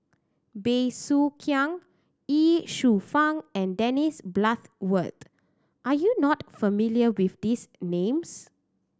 Bey Soo Khiang Ye Shufang and Dennis Bloodworth are you not familiar with these names